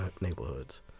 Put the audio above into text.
neighborhoods